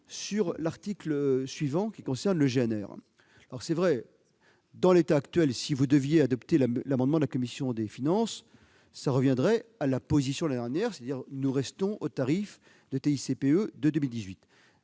sur l'article suivant relatif au GNR. Il est vrai que, dans l'état actuel, si vous deviez adopter l'amendement de la commission des finances, cela reviendrait à la position de l'année dernière, c'est-à-dire le maintien du tarif de TICPE de 2018,